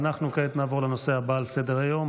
אנחנו כעת נעבור לנושא הבא על סדר-היום,